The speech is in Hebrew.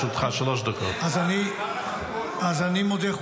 זה מוריד ממנו --- אז אנחנו מודים לו.